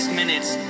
minutes